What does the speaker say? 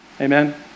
Amen